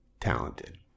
talented